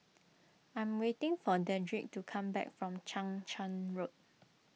I'm waiting for Dedric to come back from Chang Charn Road